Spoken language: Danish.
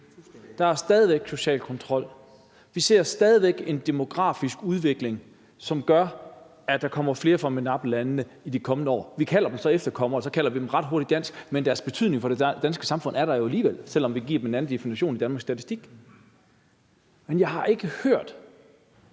der er stadig væk social kontrol, og vi ser stadig væk en demografisk udvikling, som gør, at der kommer flere fra MENAPT-landene i de kommende år – vi kalder dem så efterkommere, og så kalder vi dem ret hurtigt danske, men deres betydning for det danske samfund er der jo alligevel, selv om vi giver dem en anden definition i Danmarks Statistik. Jeg har ikke hørt